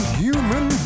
human